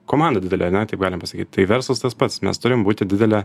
komanda didelė ane taip galim pasakyt tai verslas tas pats mes turim būti didelė